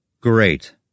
Great